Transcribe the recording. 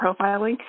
profiling